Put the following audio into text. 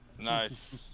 Nice